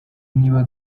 niba